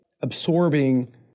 absorbing